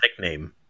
nickname